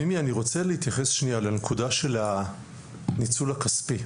מימי אני רוצה להתייחס שנייה לנקודה של הניצול הכספי,